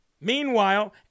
Meanwhile